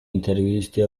interviste